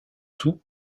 tout